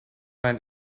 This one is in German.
ein